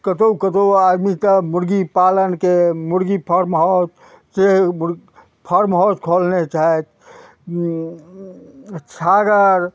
कतहु कतहु आदमी तऽ मुर्गी पालनके मुर्गी फार्म हाउससँ फार्म हाउस खोलने छथि छागर